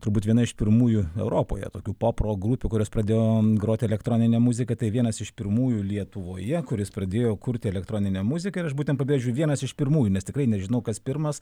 turbūt viena iš pirmųjų europoje tokių poprok grupių kurios pradėjo grot elektroninę muziką tai vienas iš pirmųjų lietuvoje kuris pradėjo kurti elektroninę muziką ir aš būtent pabrėžiu vienas iš pirmųjų nes tikrai nežinau kas pirmas